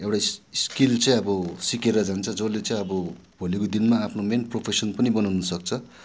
एउटा स्किल चाहिँ अब सिकेर जान्छ जसले चाहिँ अब भोलिको दिनमा आफ्नो मेन प्रोफेसन पनि बनाउन सक्छ